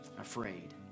afraid